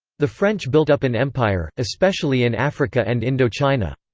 the french built up an empire, especially in africa and indochina.